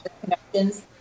connections